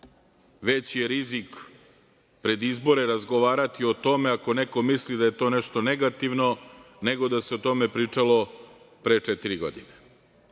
Veći je rizik pred izbore razgovarati o tome, ako neko misli da je to nešto negativno nego da se o tome pričalo pre četiri godine. Nisam